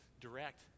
direct